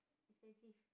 expensive